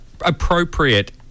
appropriate